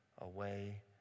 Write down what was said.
away